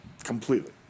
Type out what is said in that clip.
Completely